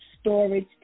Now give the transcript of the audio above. storage